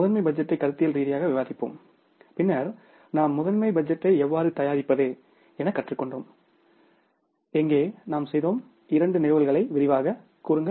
முதன்மை பட்ஜெட்டை கருத்தியல் ரீதியாக விவாதித்தோம் பின்னர் நாம் முதன்மை பட்ஜெட்டை எவ்வாறு தயாரிப்பது என கற்றுக்கொண்டோம் எங்கே நாம் செய்த இரண்டு நிகழ்வுகளை விரிவாகக் கூறுங்கள்